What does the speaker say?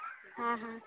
ହଁ ହଁ